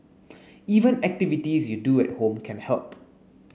even activities you do at home can help